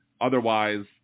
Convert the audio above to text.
Otherwise